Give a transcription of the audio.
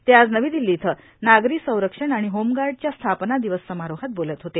ते आज नवी दिल्ली इथं नागरी संरक्षण आणि होमगार्डच्या स्थापना दिवस समारोहात बोलत होते